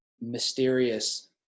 mysterious